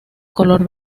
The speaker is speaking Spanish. color